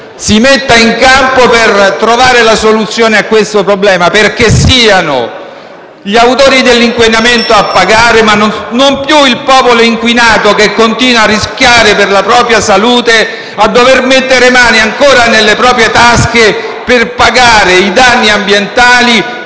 si metta in campo per trovare la soluzione a questo problema, affinché siano gli autori dell'inquinamento a pagare e non più il popolo inquinato, che continua a rischiare la propria salute e a dover mettere le mani ancora nelle proprie tasche per pagare i danni ambientali